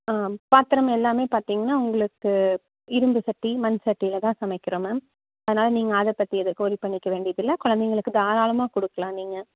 ஆ பாத்திரம் எல்லாமே பார்த்திங்கன்னா உங்களுக்கு இரும்பு சட்டி மண் சட்டியில தான் சமைக்கிறோம் மேம் அதனால் நீங்கள் அதைப்பத்தி எதுக்கும் ஒர்ரி பண்ணிக்க வேண்டியதில்லை குழந்தைங்களுக்கு தாராளமாக கொடுக்கலாம் நீங்கள்